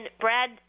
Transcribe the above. Brad